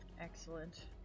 excellent